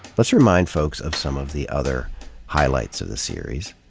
let's remind folks of some of the other highlights of the series.